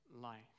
life